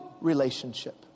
relationship